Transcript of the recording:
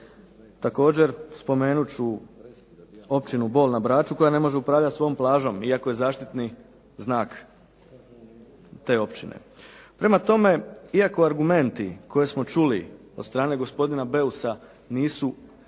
Također, spomenuti ću Općinu Bol na Braču koja ne može upravljati svojom plažom iako je zaštitni znak te općine. Prema tome, iako argumenti koje smo čuli od strane gospodina Beusa nisu